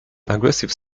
aggressive